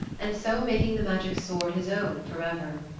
and so making the magic sword his own for ever.